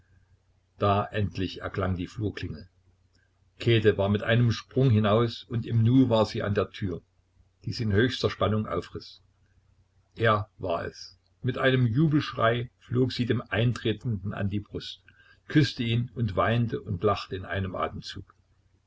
da endlich erklang die flurklingel käthe war mit einem sprung hinaus und im nu war sie an der tür die sie in höchster spannung aufriß er war es mit einem jubelschrei flog sie dem eintretenden an die brust küßte ihn und weinte und lachte in einem atemzug